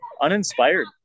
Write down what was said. uninspired